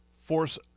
force –